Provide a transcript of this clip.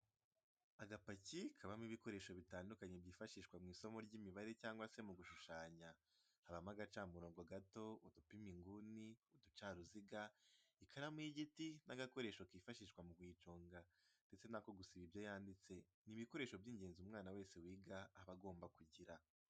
Agapaki kabamo ibikoresho bitandukanye byifashishwa mu isomo ry'imibare cyangwa se mu gushushanya habamo agacamurongo gato, udupima inguni, uducaruziga, ikaramu y'igiti n'agakoresho kifashishwa mu kuyiconga ndetse n'ako gusiba ibyo yanditse, ni ibikoresho by'ingenzi umwana wese wiga aba agomba kugira.